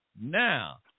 Now